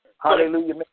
Hallelujah